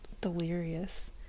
Delirious